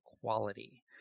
quality